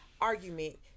argument